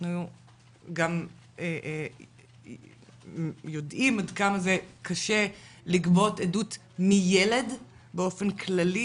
אנחנו גם יודעים עד כמה זה קשה לגבות עדות מילד באופן כללי